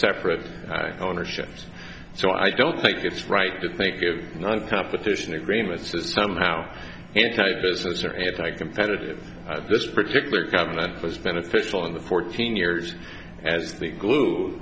separate ownerships so i don't think it's right to think of non competition agreements that somehow anti business or anti competitive this particular government was beneficial in the fourteen years as the glue